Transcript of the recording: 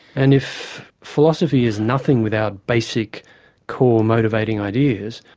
and if philosophy is nothing without basic core motivating ideas,